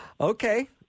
Okay